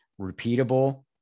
repeatable